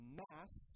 mass